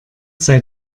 sei